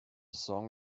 song